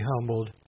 humbled